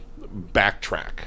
backtrack